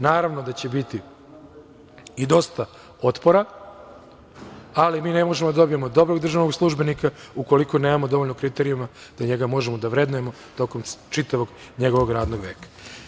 Naravno da će biti i dosta otpora, ali ne možemo da dobijemo dobrog državnog službenika ukoliko nemamo dovoljno kriterijuma da možemo da ga vrednujemo tokom čitavog njegovog radnog veka.